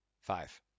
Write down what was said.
Five